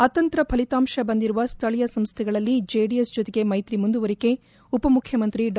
ಅತಂತ್ರ ಫಲಿತಾಂಶ ಬಂದಿರುವ ಸ್ಥಳೀಯ ಸಂಸ್ಟೆಗಳಲ್ಲಿ ಜೆಡಿಎಸ್ ಜೊತೆಗೆ ಮ್ಮೆತ್ರಿ ಮುಂದುವರಿಕೆ ಉಪಮುಖ್ಯಮಂತ್ರಿ ಡಾ